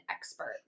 expert